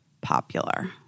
popular